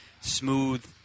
smooth